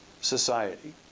society